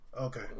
Okay